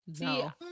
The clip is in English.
no